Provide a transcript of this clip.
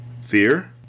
Fear